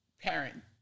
parent